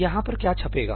यहाँ पर क्या छपेगा